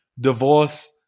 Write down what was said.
divorce